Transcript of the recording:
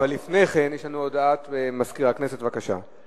אבל לפני כן, הודעת סגן מזכירת הכנסת, בבקשה.